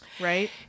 Right